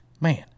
Man